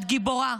את גיבורה,